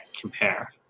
compare